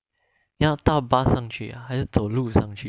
要搭 bus 上去还是走路上去